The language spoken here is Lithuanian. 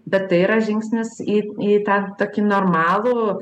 bet tai yra žingsnis į į tą tokį normalų